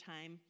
time